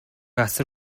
асар